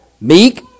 meek